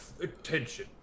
attention